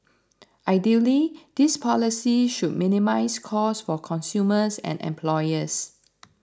ideally these policies should minimise cost for consumers and employers